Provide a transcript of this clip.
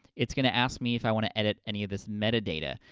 it's gonna ask me if i want to edit any of this metadata.